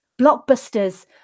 blockbusters